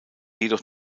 jedoch